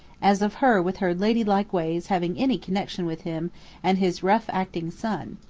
as of her with her lady-like ways having any connection with him and his rough-acting son.